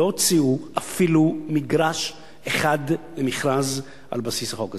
לא הוציאו אפילו מגרש אחד למכרז על בסיס החוק הזה.